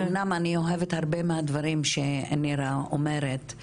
אומנם אני אוהבת הרבה מהדברים שנירה אומרת,